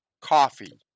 coffee